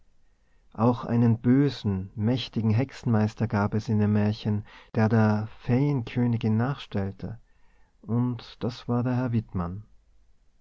auch einen bösen mächtigen hexenmeister gab es in dem märchen der der feenkönigin nachstellte und das war der herr